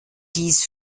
dies